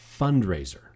fundraiser